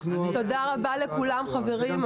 תודה רבה לכולם, חברים.